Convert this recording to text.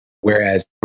Whereas